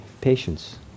patience